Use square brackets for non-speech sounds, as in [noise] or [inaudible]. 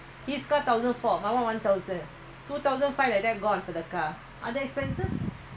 some more want another car [coughs] !huh!